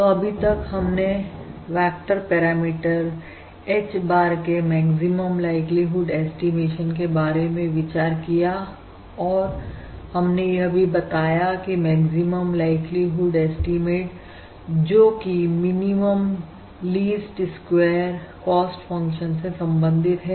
तो अभी तक हमने वेक्टर पैरामीटर H bar के मैक्सिमम लाइक्लीहुड ऐस्टीमेशन के बारे में विचार किया और हमने यह भी बताया की मैक्सिमम लाइक्लीहुड ऐस्टीमेट जोकि minimum least square cost function से संबंधित है